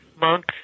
monk